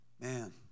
man